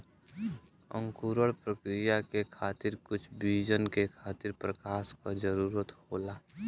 अंकुरण क्रिया के खातिर कुछ बीजन के खातिर प्रकाश क जरूरत होला